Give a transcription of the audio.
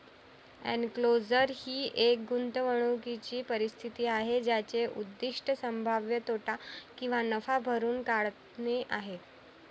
enclosure ही एक गुंतवणूकीची परिस्थिती आहे ज्याचे उद्दीष्ट संभाव्य तोटा किंवा नफा भरून काढणे आहे